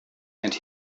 and